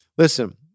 Listen